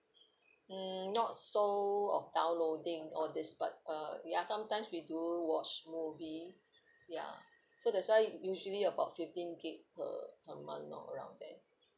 mm not so of downloading all this but uh ya sometimes we do watch movie ya so that's why usually about fifteen gig per per month lor around there